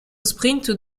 sprint